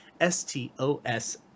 stos